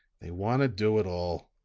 they want to do it all.